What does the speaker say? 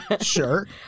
Sure